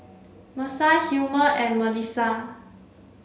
Mercer Hilmer and Melisa